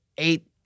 eight